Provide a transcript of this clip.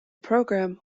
program